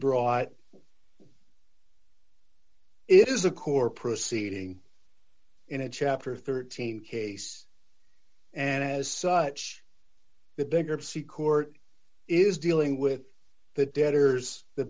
brought is a core proceeding in a chapter thirteen case and as such the bigger of c court is dealing with the debtors the